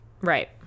right